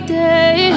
day